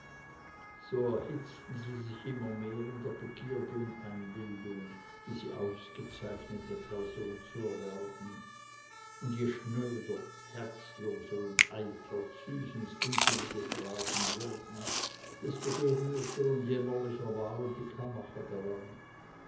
so erhitzten sie sich immer mehr in der begierde und einbildung diese ausgezeichnete person zu erwerben und je schnöder herzloser und eitler züsens unsinnige phrasen wurden desto gerührter und jämmerlicher waren die kammacher daran